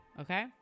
okay